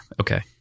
okay